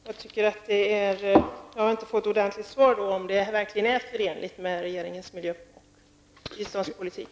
Jag har inte fått ett ordentligt svar på om detta verkligen är förenligt med regeringens miljöoch biståndspolitik.